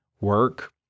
work